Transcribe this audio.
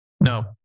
No